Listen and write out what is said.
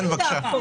כן, בבקשה.